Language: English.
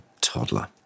toddler